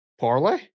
Parlay